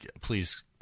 please